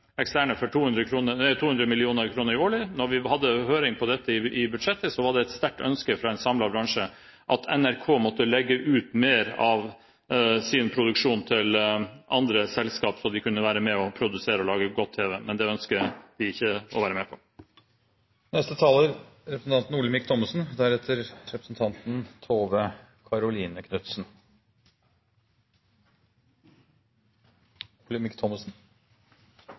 eksterne for bare 200 mill. kr årlig. Da vi hadde høring om dette i forbindelse med budsjettet, var det et sterkt ønske fra en samlet bransje om at NRK måtte legge ut mer av sin produksjon til andre selskap – så de kunne være med å produsere og lage godt tv. Men det ønsker man ikke å være med på.